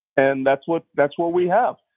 and that's what that's what we have.